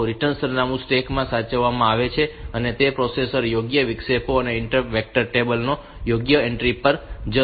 તો રિટર્ન સરનામું સ્ટેક માં સાચવવામાં આવે છે અને તે પ્રોસેસર યોગ્ય વિક્ષેપો ઇન્ટરપ્ટ વેક્ટર ટેબલ માં યોગ્ય એન્ટ્રી પર જશે